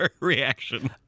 reaction